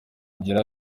kugera